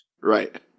Right